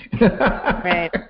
Right